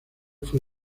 fue